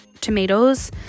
tomatoes